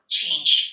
change